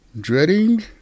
Dreading